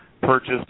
purchased